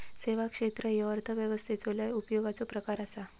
सेवा क्षेत्र ह्यो अर्थव्यवस्थेचो लय उपयोगाचो प्रकार आसा